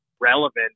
relevant